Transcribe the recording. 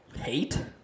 Hate